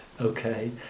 okay